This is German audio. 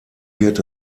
wird